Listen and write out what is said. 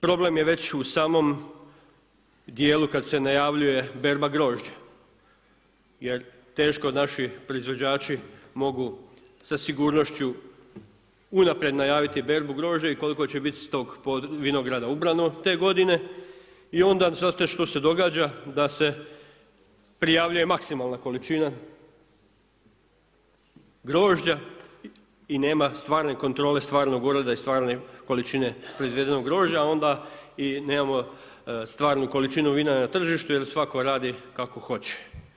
Problem je već u samom dijelu kad se najavljuje berba grožđa jer teško naši proizvođači mogu sa sigurnošću unaprijed najaviti berbu grožđa i koliko će biti s tog vinograda ubrano te godine i onda znate što se događa, da se prijavljuje maksimalna količina grožđa i nema stvarne kontrole stvarnog uroda i stvarne količine proizvedenog grožđa, a onda i nemamo stvarnu količinu vina na tržištu jer svatko radi kako hoće.